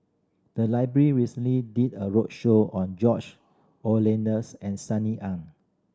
the library recently did a roadshow on George and Sunny Ang